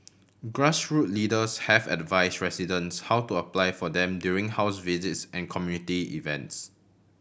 grassroot leaders have advise residents how to apply for them during house visits and community events